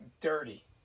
dirty